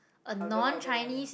louder louder louder